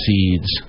Seeds